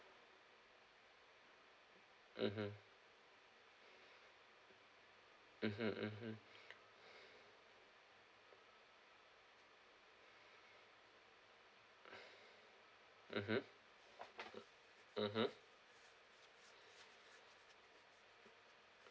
mmhmm mmhmm mmhmm mmhmm mmhmm